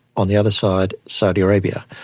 on the other side saudi arabia.